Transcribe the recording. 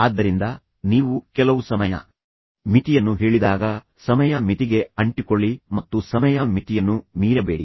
ಆದ್ದರಿಂದ ನೀವು ಕೆಲವು ಸಮಯ ಮಿತಿಯನ್ನು ಹೇಳಿದಾಗ ಸಮಯ ಮಿತಿಗೆ ಅಂಟಿಕೊಳ್ಳಿ ಮತ್ತು ಸಮಯ ಮಿತಿಯನ್ನು ಮೀರಬೇಡಿ